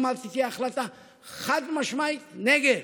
אמרתי: תהיה החלטה חד-משמעית נגד,